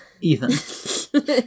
Ethan